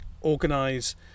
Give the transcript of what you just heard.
organise